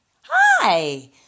Hi